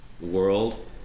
world